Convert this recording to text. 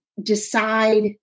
decide